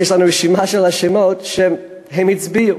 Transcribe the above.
יש לנו רשימה של השמות, שהם הצביעו.